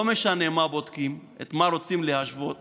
לא משנה מה בודקים, את מה רוצים להשוות